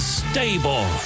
stable